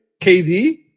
KD